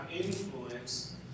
influence